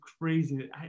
crazy